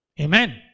Amen